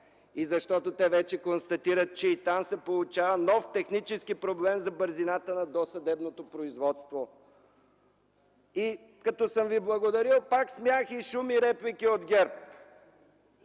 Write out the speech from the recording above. и защото те вече констатират, че и там се получава нов технически проблем за бързината на досъдебното производство. Като съм ви благодарил, пак – смях, шум и реплики от ГЕРБ.